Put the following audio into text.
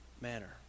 manner